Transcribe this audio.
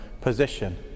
position